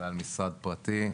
בעל משרד עורכי דין פרטי.